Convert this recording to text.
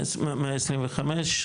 125. 125,